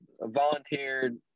volunteered